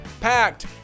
packed